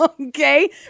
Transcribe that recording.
Okay